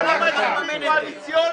אבל למה הסכמים קואליציוניים?